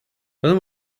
when